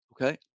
Okay